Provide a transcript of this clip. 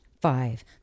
five